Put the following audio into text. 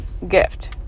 gift